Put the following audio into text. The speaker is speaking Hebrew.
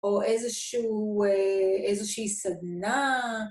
או איזושהי סדנה.